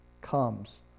comes